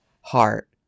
heart